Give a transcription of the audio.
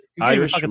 Irish